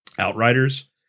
Outriders